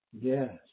Yes